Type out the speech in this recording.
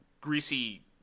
greasy